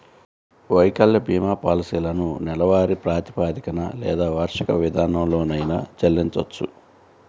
వైకల్య భీమా పాలసీలను నెలవారీ ప్రాతిపదికన లేదా వార్షిక విధానంలోనైనా చెల్లించొచ్చు